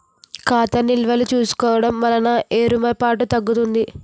ఖాతా నిల్వలు చూసుకోవడం వలన ఏమరపాటు తగ్గుతుంది